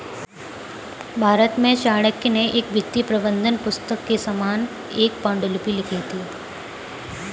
भारत में चाणक्य ने एक वित्तीय प्रबंधन पुस्तक के समान एक पांडुलिपि लिखी थी